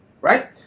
right